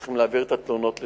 צריכים להעביר את התלונות לשם.